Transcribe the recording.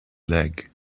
leg